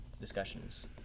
discussions